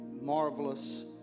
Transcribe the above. marvelous